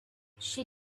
she